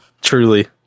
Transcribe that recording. Truly